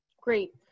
Great